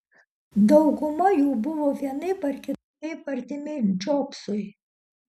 dauguma jų buvo vienaip ar kitaip artimi džobsui